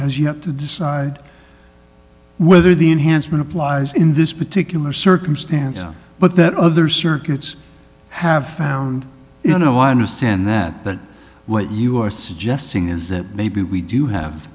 this court has yet to decide whether the enhancement applies in this particular circumstance but that other circuits have found you know i understand that but what you are suggesting is that maybe we do have